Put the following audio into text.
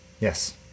Yes